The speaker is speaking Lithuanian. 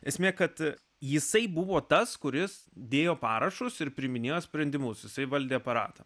esmė kad jisai buvo tas kuris dėjo parašus ir priiminėjo sprendimus jisai valdė aparatą